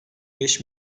beş